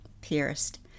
pierced